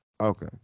Okay